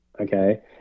okay